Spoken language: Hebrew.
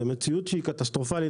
זאת מציאות קטסטרופלית.